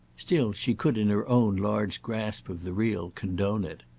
still, she could in her own large grasp of the real condone it.